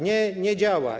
Nie, nie działają.